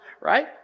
right